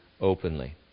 openly